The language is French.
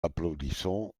applaudissons